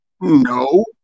no